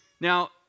Now